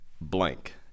blank